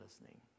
listening